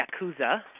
Yakuza